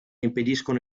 impediscono